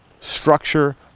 structure